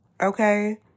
Okay